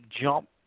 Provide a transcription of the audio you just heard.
jump